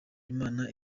imana